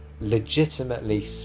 legitimately